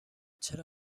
چرا